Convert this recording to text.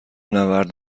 نبرد